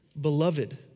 Beloved